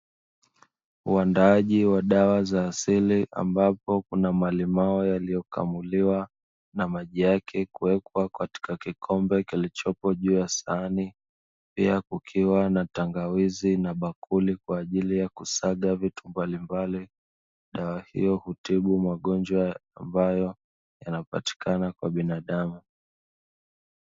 Uandaaji wa dawa asili ambapo Kuna malimao yaliyokamuliwa vizuri na maji yake kuwekwa kwenye kikombe kilichopo juu ya sahani, pia kukiwa na tangawizi na bakuri kwa ajili ya kusaga vitu mbalimbali. Dawa hiyo hutumika kutibu magonjwa mbalimbali yanayopatikana kwa binadamu.